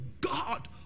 God